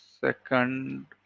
second